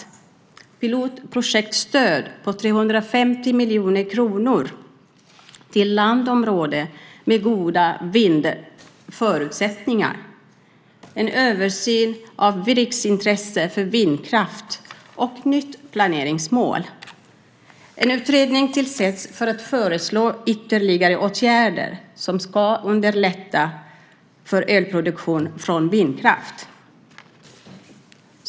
Vidare gäller det pilotprojektstöd på 350 miljoner kronor till landområden med goda vindförutsättningar, en översyn av riksintresse för vindkraft och ett nytt planeringsmål. En utredning tillsätts som ska föreslå ytterligare åtgärder som ska underlätta för elproduktion från vindkraft.